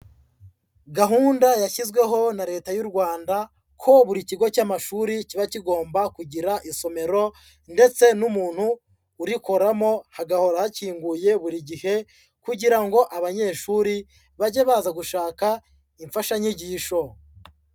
Gahunda yashyizweho na leta y'u Rwanda ko buri kigo cy'amashuri kiba kigomba kugira isomero ndetse n'umuntu urikoramo, hagahora hakinguye buri gihe kugira ngo abanyeshuri bajye baza gushaka imfashanyigisho.